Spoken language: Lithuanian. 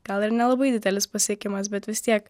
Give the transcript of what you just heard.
gal ir nelabai didelis pasiekimas bet vis tiek